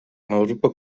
avrupa